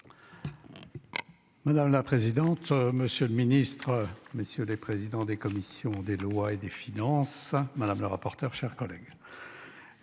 Madame la présidente, monsieur le ministre, messieurs les présidents des commissions des lois et des finances. Madame le rapporteur, chers collègues.